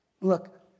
Look